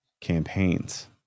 campaigns